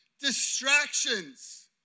distractions